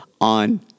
on